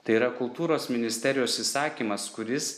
tai yra kultūros ministerijos įsakymas kuris